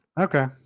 Okay